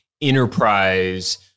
enterprise